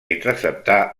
interceptar